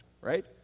right